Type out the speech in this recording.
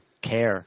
care